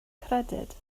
credyd